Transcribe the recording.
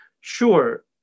Sure